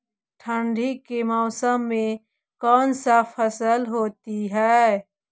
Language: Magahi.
ठंडी के मौसम में कौन सा फसल होती है?